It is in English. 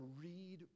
read